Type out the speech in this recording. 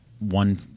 one